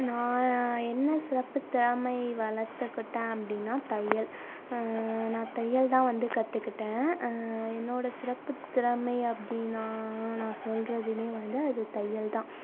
நான் என்ன சிறப்பு திறமையை வளர்த்துக்கிட்டேன் அப்படினா தையல் நான் தையல்தான் வந்து கற்றுக்கிட்டேன் என்னோட சிறப்பு திறமை அப்படினா நான் சொல்கிறதுமே வந்து அது தையல்தான்